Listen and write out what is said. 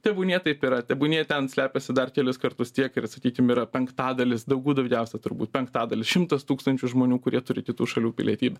tebūnie taip yra tebūnie ten slepiasi dar kelis kartus tiek ir sakykim yra penktadalis daugų daugiausia turbūt penktadalis šimtas tūkstančių žmonių kurie turi kitų šalių pilietybę